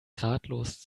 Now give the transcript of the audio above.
ratlos